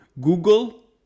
Google